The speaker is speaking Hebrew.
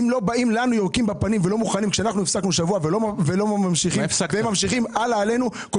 אם יורקים לנו בפנים ולא מוכנים שבוע וקופצים על השולחן,